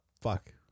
fuck